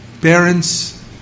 Parents